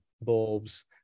bulbs